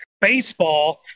baseball